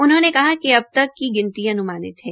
उन्होंने कहा कि अब तक की गिनती अन्मानित है